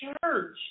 church